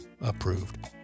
approved